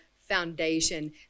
Foundation